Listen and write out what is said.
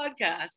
podcast